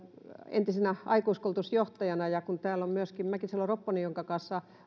entisenä aikuiskoulutusjohtajana ja kun täällä on myöskin mäkisalo ropponen jonka kanssa